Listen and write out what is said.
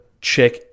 check